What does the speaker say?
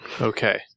Okay